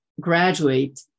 graduate